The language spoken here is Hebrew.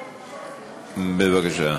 בבקשה.